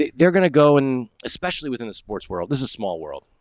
they're gonna go and especially within the sports world is a small world,